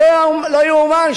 ביניהם, אני עכשיו מנהל את זה.